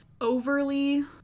overly